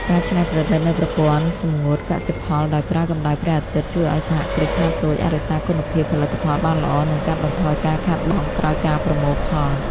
ការច្នៃប្រឌិតនូវប្រព័ន្ធសម្ងួតកសិផលដោយប្រើកម្ដៅព្រះអាទិត្យ ជួយឱ្យសហគ្រាសខ្នាតតូចអាចរក្សាគុណភាពផលិតផលបានល្អ និងកាត់បន្ថយការខាតបង់ក្រោយការប្រមូលផល។